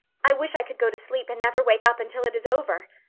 i wish i could go to sleep and never wake up until it is over.